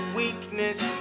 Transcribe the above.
weakness